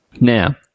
Now